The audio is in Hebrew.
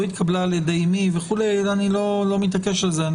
לא התקבלה על ידי מי וכולי, אני לא מתעקש על זה.